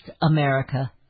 America